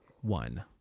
one